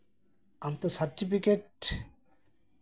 ᱟᱢ ᱛᱚ ᱥᱟᱨᱴᱚᱯᱤᱠᱮᱴ